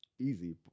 Easy